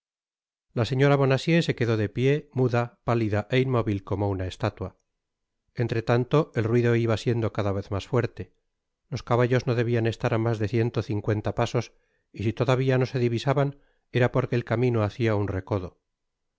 la señora bonacieux se quedó de pié muda pálida é inmóvil como una estátua entretanto el ruido iba siendo cada vez mas fuerte ios caballos no debian estar á mas de ciento cincuenta pasos y si todavia no se divisaban era porque el camino hacia un recodo